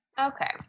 Okay